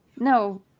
No